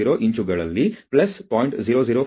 000 ಇಂಚುಗಳಲ್ಲಿ 0